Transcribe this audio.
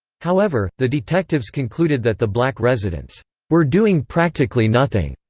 however, the detectives concluded that the black residents were doing practically nothing.